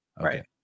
right